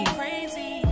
crazy